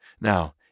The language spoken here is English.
Now